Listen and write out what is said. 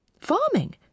Farming